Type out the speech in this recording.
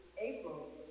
April